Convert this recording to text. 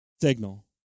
signal